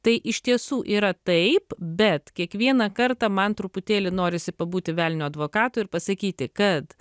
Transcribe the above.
tai iš tiesų yra taip bet kiekvieną kartą man truputėlį norisi pabūti velnio advokatu ir pasakyti kad